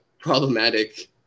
problematic